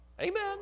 Amen